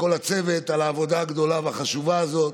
לכל הצוות, על העבודה הגדולה והחשובה הזאת,